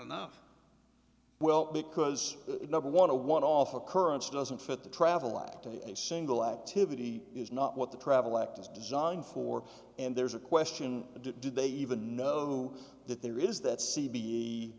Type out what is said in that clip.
enough well because number one a one off occurrence doesn't fit the travel light to a single activity is not what the travel act is designed for and there's a question did they even know that there is that